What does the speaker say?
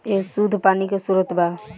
ए शुद्ध पानी के स्रोत बा